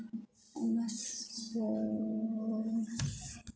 हून अस